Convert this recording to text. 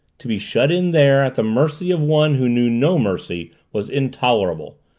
to be shut in there at the mercy of one who knew no mercy was intolerable.